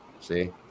See